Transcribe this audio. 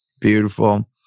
Beautiful